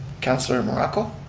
councilor morocco.